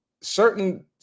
Certain